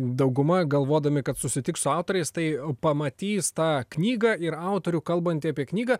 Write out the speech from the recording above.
dauguma galvodami kad susitiks su autoriais tai pamatys tą knygą ir autorių kalbantį apie knygą